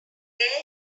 there